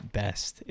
best